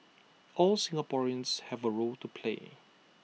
all Singaporeans have A role to play